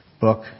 book